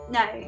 no